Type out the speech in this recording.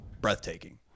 breathtaking